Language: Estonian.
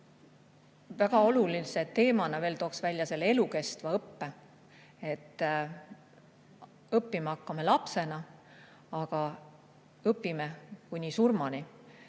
väga olulise teemana tooksin välja elukestva õppe. Õppima hakkame lapsena, aga õpime kuni surmani.